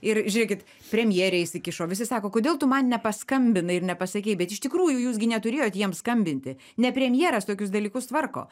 ir žiūrėkit premjerė įsikišo visi sako kodėl tu man nepaskambinai ir nepasakei bet iš tikrųjų jūs gi neturėjot jiem skambinti ne premjeras tokius dalykus tvarko